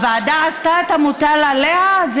הוועדה עשתה את המוטל עליה?